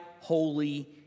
holy